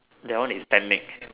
that one is technique